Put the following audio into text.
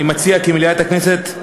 אני מציע שמליאת הכנסת,